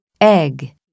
Egg